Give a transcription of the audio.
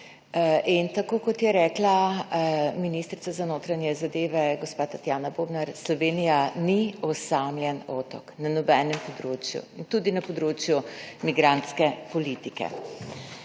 in tako kot je rekla ministrica za notranje zadeve, gospa Tatjana Bobnar, Slovenija ni osamljen otok na nobenem področju in tudi na področju migrantske politike.